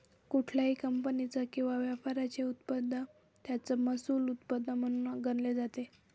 कुठल्याही कंपनीचा किंवा व्यापाराचे उत्पन्न त्याचं महसुली उत्पन्न म्हणून गणले जाते